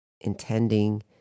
intending